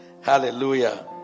Hallelujah